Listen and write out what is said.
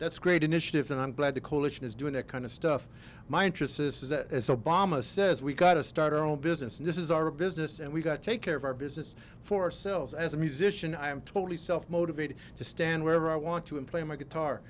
that's great initiatives and i'm glad the coalition is doing that kind of stuff my interest is obama says we got to start our own business this is our business and we've got take care of our business for ourselves as a musician i am totally self motivated to stand wherever i want to and play my guitar